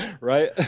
Right